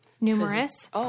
numerous